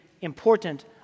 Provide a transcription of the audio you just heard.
important